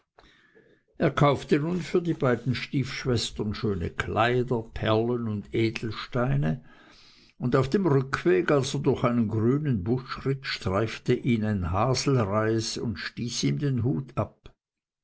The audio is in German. er kaufte nun für die beiden stiefschwestern schöne kleider perlen und edelsteine und auf dem rückweg als er durch einen grünen busch ritt streifte ihn ein haselreis und stieß ihm den hut ab